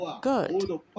Good